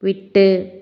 விட்டு